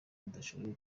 udashobora